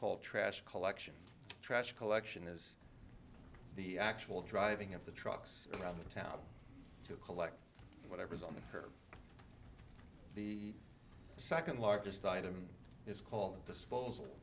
called trash collection trash collection is the actual driving of the trucks around the town to collect whatever's on the curb the second largest item is called disposal